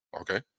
Okay